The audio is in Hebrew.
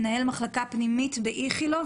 מנהל מחלקה פנימית באיכילוב,